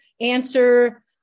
answer